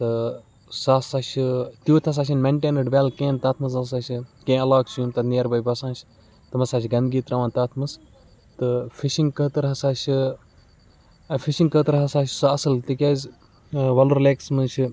تہٕ سہَ ہَسا چھِ تیُتھ تہِ ہَسا چھِنہٕ مینٹینٕڈ ویل کِہیٖنۍ تَتھ منٛز ہَسا چھِ کینٛہہ علاقہٕ چھِ یِم تَتھ نِیَر باے بَسان چھِ تِم ہَسا چھِ گنٛدگی ترٛاوان تَتھ منٛز تہٕ فِشِنٛگ خٲطرٕ ہَسا چھِ فِشِنٛگ خٲطرٕ ہَسا چھِ سُہ اَصٕل تِکیٛازِ وَلُر لیکَس منٛز چھِ